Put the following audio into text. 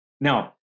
now